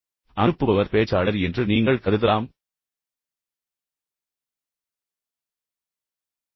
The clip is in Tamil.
பயனுள்ள தகவல்தொடர்புகளின் முக்கிய திறன்களில் ஒன்று நன்கு கவனிக்கும் திறன் ஆகும்